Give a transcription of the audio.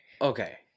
okay